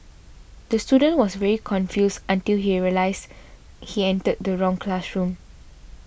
the student was very confused until he realised he entered the wrong classroom